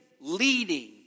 leading